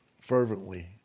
fervently